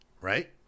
right